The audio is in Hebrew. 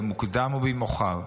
במוקדם או במאוחר,